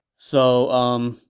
so, umm,